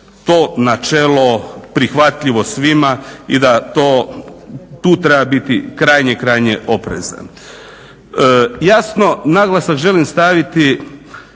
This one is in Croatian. načelo prihvatljivo svima i da to, tu treba biti krajnje, krajnje oprezan. Jasno, naglasak želim staviti